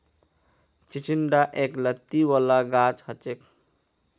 चिचिण्डा एक लत्ती वाला गाछ हछेक